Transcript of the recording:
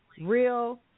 real